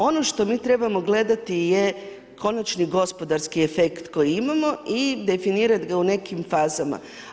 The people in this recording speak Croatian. Ono što mi trebamo gledati je konačni gospodarski efekt koji imamo i definirati ga u nekim fazama.